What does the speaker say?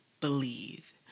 believe